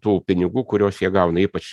tų pinigų kuriuos jie gauna ypač